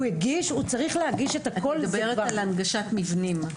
הוא הגיש הוא צריך להגיש את הכל -- את מדברת על הנגשת מבנים?